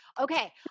Okay